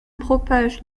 propage